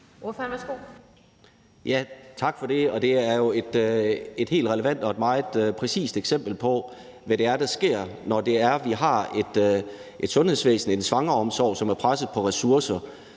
Tak for det. Det er jo et helt relevant og meget præcist eksempel på, hvad der sker, når vi har et sundhedsvæsen og en svangreomsorg, som er presset på ressourcer,